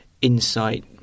insight